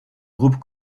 groupes